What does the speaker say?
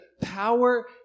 power